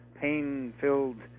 pain-filled